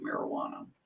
marijuana